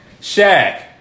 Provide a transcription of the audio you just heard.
Shaq